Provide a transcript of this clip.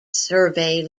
survey